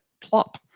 plop